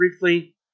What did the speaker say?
briefly